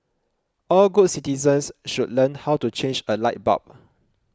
all good citizens should learn how to change a light bulb